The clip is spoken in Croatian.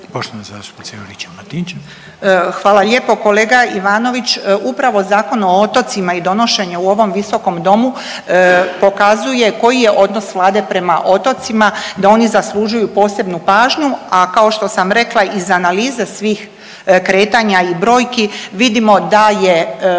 Hvala lijepo kolega Ivanović. Upravo Zakon o otocima i donošenje u ovom visokom domu pokazuje koji je odnos Vlade prema otocima da oni zaslužuju posebnu pažnju, a kao što sam rekla iz analize svih kretanja i brojki vidimo da je